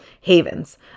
havens